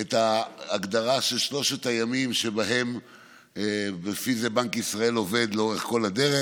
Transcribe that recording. את ההגדרה של שלושת הימים שלפי זה בנק ישראל עובד לאורך כל הדרך.